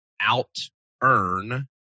out-earn